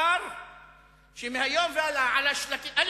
שמהיום והלאה, א.